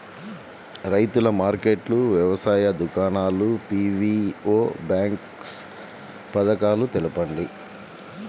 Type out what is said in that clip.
రైతుల మార్కెట్లు, వ్యవసాయ దుకాణాలు, పీ.వీ.ఓ బాక్స్ పథకాలు తెలుపండి?